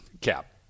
Cap